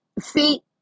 See